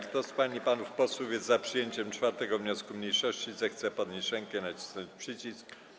Kto z pań i panów posłów jest za przyjęciem 4. wniosku mniejszości, zechce podnieść rękę i nacisnąć przycisk.